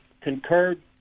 concurred